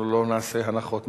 אנחנו לא נעשה הנחות.